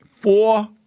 four